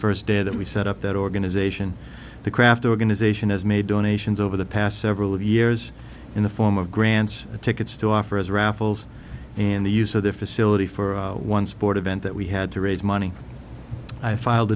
first day that we set up that organization the craft organization has made donations over the past several of years in the form of grants tickets to offer as raffles and the use of the facility for one sport event that we had to raise money i filed